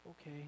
Okay